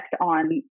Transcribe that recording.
on